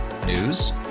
News